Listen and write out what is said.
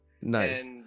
nice